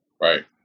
Right